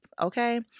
Okay